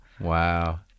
Wow